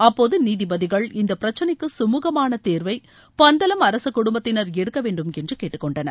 அப்போது நீதிபதிகள் இந்த பிரச்சினைக்கு கமூகமான தீர்வை பந்தல அரசக்குடுப்பத்தினர் எடுக்க வேண்டும் என்று கேட்டுக்கொண்டனர்